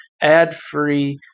ad-free